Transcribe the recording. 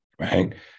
Right